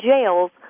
jails